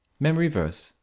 memory verse,